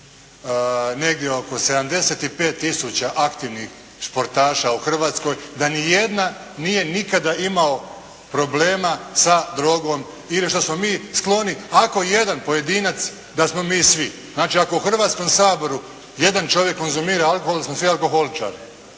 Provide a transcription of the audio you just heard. negdje oko 75 tisuća aktivnih sportaša u Hrvatskoj da niti jedna nije nikada imao problema sa drogom, ili što smo mi skloni ako jedan pojedinac da smo mi svi. Znači ako u Hrvatskom saboru jedan čovjek konzumira alkohol da smo svi alkoholičari.